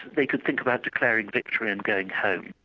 they could think about declaring victory and going home.